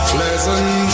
Pleasant